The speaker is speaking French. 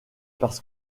parce